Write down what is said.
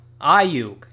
Ayuk